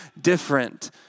different